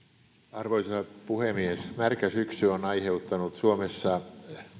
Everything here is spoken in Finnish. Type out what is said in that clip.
arvoisa puhemies märkä syksy on aiheuttanut suomessa